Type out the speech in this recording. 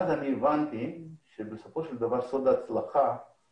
הבנתי שבסופו של דבר סוד ההצלחה הוא